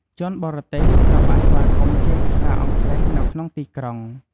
ជនបរទេស ត្រូវបានស្វាគមន៍ជាភាសាអង់គ្លេសនៅក្នុងទីក្រុង។